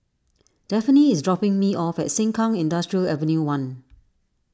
Daphne is dropping me off at Sengkang Industrial Avenue one